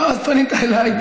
לא, אבל פנית אליי.